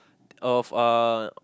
of uh